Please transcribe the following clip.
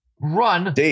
Run